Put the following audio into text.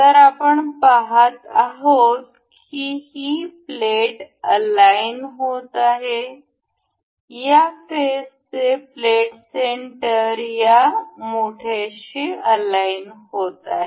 तर आपण पाहत आहोत की ही प्लेट अलाईन होत आहे या फेसचे प्लेट सेंटर या मोठ्याशी अलाईन होत आहे